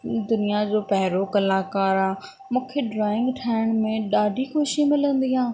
दुनिया जो पहिरों कलाकार आहे मूंखे ड्राइंग ठाहिण में ॾाढी ख़ुशी मिलंदी आहे